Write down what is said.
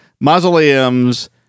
mausoleums